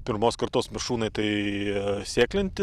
pirmos kartos mišrūnai tai sėklinti